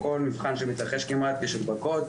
מכל מבחן שמתרחש כמעט שיש הדבקות.